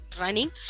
running